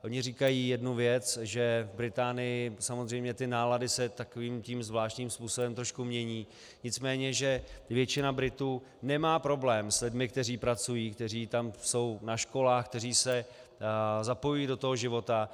Oni říkají jednu věc, že v Británii samozřejmě ty nálady se takovým tím zvláštním způsobem trošku mění, nicméně že většina Britů nemá problém s lidmi, kteří pracují, kteří tam jsou na školách, kteří se zapojují do toho života.